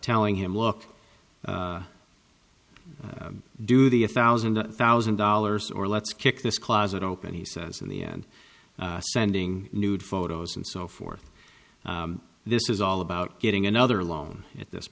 telling him look do the a thousand thousand dollars or let's kick this closet open he says in the end sending nude photos and so forth this is all about getting another loan at this